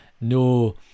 no